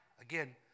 Again